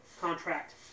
contract